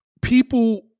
People